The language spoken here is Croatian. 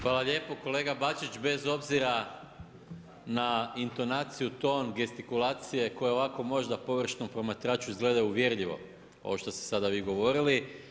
Hvala lijepo kolega Bačić, bez obzira na intonaciju, ton, gestikulacije, koje ovako možda površnom promatraču izgledaju uvjerljivo ovo što ste sada vi govorili.